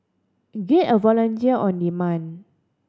get a volunteer on demand